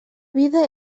vida